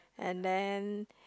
and then